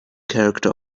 character